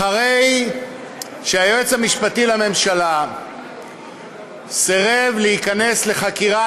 אחרי שהיועץ המשפטי לממשלה סירב להיכנס לחקירה,